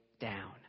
down